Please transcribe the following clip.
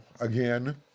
again